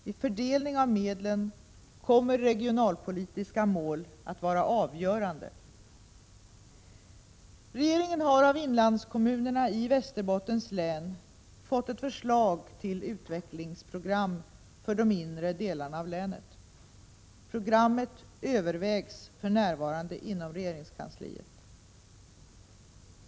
Vid fördelning av medlen kommer regionalpolitiska mål att vara avgörande. Regeringen har av inlandskommunerna i Västerbottens län fått ett förslag till utvecklingsprogram för de inre delarna av länet. Programmet övervägs för närvarande inom regeringskansliet.